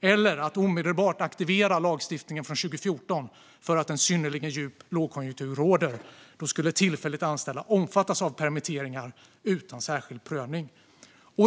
eller att omedelbart aktivera lagstiftningen från 2014 därför att en synnerligen djup lågkonjunktur råder. Då skulle tillfälligt anställda omfattas av permitteringar utan särskild prövning.